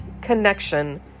connection